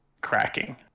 cracking